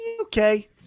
okay